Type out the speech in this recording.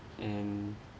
and